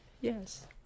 Yes